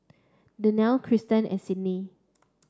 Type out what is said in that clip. Daniele Cristen and Sidney